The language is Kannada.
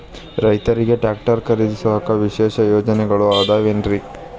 ರೈತರಿಗೆ ಟ್ರ್ಯಾಕ್ಟರ್ ಖರೇದಿಸಾಕ ವಿಶೇಷ ಯೋಜನೆಗಳು ಅದಾವೇನ್ರಿ?